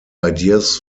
ideas